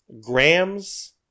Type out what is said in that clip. Grams